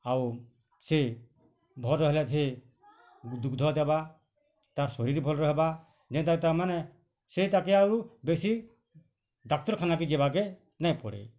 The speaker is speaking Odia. ଆଉ ସେ ଭଲ୍ ରହିଲେ ସେ ଦୁଗ୍ଧ ଦେବା ତା'ର୍ ଶରୀର୍ ଭଲ୍ ରହେବା ଯେନ୍ତା ତା ମାନେ ସେ ତାକେ ଆଉ ବେଶୀ ଡ଼ାକ୍ତରଖାନା କେ ଯିବା କେ ନେଇଁ ପଡ଼େ